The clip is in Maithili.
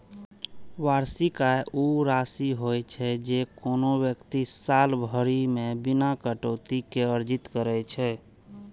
वार्षिक आय ऊ राशि होइ छै, जे कोनो व्यक्ति साल भरि मे बिना कटौती के अर्जित करै छै